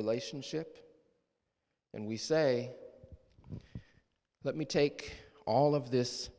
relationship and we say let me take all of this